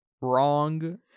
wrong